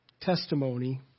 testimony